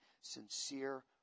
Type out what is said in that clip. sincere